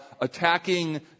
attacking